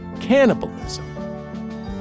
cannibalism